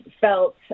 felt